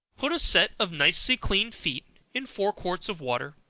put a set of nicely cleaned feet in four quarts of water,